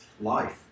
life